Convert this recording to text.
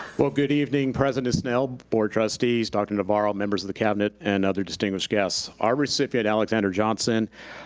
well, good evening, president snell, board trustees, dr. navarro, members of the cabinet and other distinguished guests. our recipient, alexander johnson,